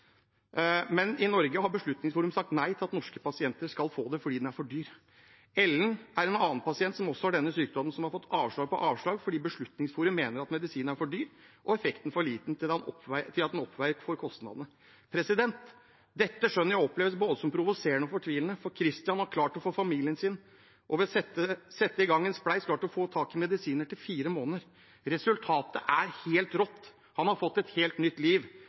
er for dyr. Ellen er en annen pasient som også har denne sykdommen. Hun har fått avslag på avslag fordi Beslutningsforum mener medisinen er for dyr og effekten for liten til at det veier opp for kostnadene. Dette skjønner jeg oppleves voldsomt provoserende og fortvilende, for Christian og familien hans har klart, ved å sette i gang en spleis, å få tak i medisiner for fire måneder. Resultatet er helt rått. Han har fått et helt nytt liv,